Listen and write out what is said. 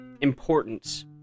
importance